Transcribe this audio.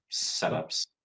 setups